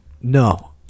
No